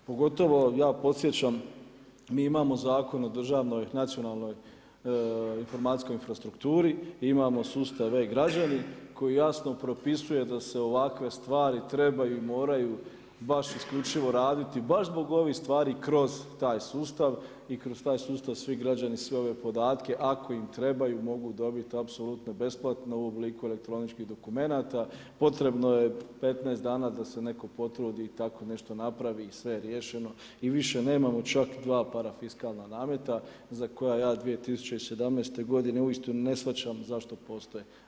Pogotovo ja podsjećam mi imamo Zakon o državnoj nacionalnoj informacijskoj infrastrukturi, i imamo e-građanin, koji jasno propisuje da se ovakve stvari trebaju i moraju baš isključivo raditi baš zbog ovih stvari kroz taj sustav i kroz taj sustav svi građani sve ove podatke ako im trebaju mogu dobiti apuslutno besplatno u obliku elektroničkih dokumenata, potrebno je 15 dana da se netko potrudi da netko napravi i sve je riješeno i više nemamo čak dva parafiskalna nameta za koja ja 2017. godine uistinu ne shvaćam zašto postoje?